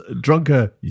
Drunker